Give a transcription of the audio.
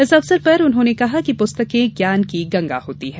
इस अवसर पर उन्होंने कहा है कि पुस्तकें ज्ञान की गंगा होती हैं